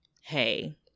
hey